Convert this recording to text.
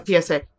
PSA